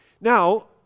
Now